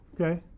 Okay